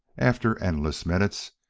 after endless minutes,